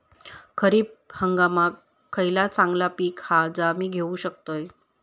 खरीप हंगामाक खयला चांगला पीक हा जा मी घेऊ शकतय?